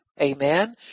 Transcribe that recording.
Amen